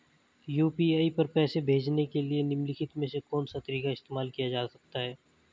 UPI पर पैसे भेजने के लिए निम्नलिखित में से कौन सा तरीका इस्तेमाल किया जा सकता है?